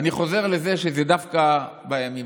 אני כבר מבטיחה שזה יהיה שמח.